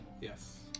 Yes